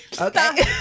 Okay